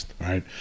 right